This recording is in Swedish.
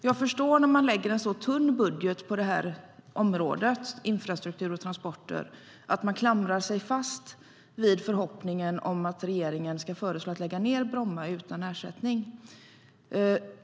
Jag förstår att man, när man lägger en så tunn budget på infrastruktur och transportområdet, klamrar sig fast vid förhoppningen om att regeringen ska föreslå att Bromma ska läggas ned utan ersättning.